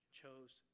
chose